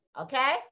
Okay